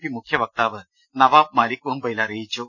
P മുഖ്യ വക്താവ് നവാബ് മാലിക് മുംബൈയിൽ അറിയിച്ചു